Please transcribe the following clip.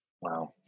Wow